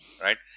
Right